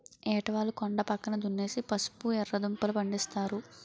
ఏటవాలు కొండా పక్క దున్నేసి పసుపు, ఎర్రదుంపలూ, పండిస్తారు